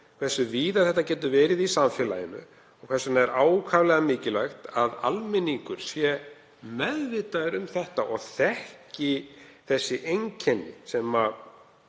hversu víða þetta getur verið í samfélaginu og hvers vegna það er ákaflega mikilvægt að almenningur sé meðvitaður um þessa hluti og þekki þessi einkenni sem